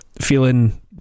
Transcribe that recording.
feeling